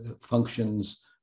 functions